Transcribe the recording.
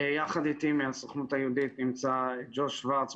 יחד איתי מהסוכנות היהודית נמצא ג'וש שוורץ,